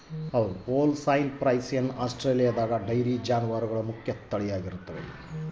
Holstein Friesian ಆಸ್ಟ್ರೇಲಿಯಾದಗ dairy ಜಾನುವಾರುಗಳ ಮುಖ್ಯ ತಳಿಯಾಗಿದೆ